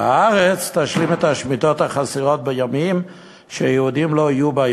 והארץ תשלים את השמיטות החסרות בימים שיהודים לא יהיו בה.